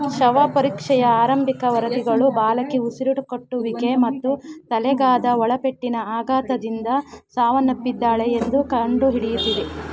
ಶವಪರೀಕ್ಷೆಯ ಆರಂಭಿಕ ವರದಿಗಳು ಬಾಲಕಿ ಉಸಿರುಟುಕಟ್ಟುವಿಕೆ ಮತ್ತು ತಲೆಗಾದ ಒಳಪೆಟ್ಟಿನ ಆಘಾತದಿಂದ ಸಾವನ್ನಪ್ಪಿದ್ದಾಳೆ ಎಂದು ಕಂಡುಹಿಡಿಯುತ್ತಿದೆ